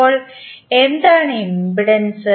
അപ്പോൾ എന്താണ് ഇംപെഡൻസ്